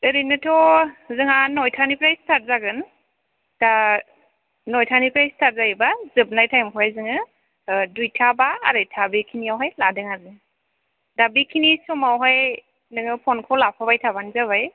ओरैनोथ' जोंहा नयथानिफ्राय स्थाट जागोन दा नयथानिफ्राय स्थाट जायोबा जोबनाय थाइमखौहाय जोङो दुइथा बा आरायथा बे खिनियावहाय लादों आरो दा बिखिनि समावहाय नोङो फनखौ लाफाबाय थाबानो जाबाय